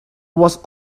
was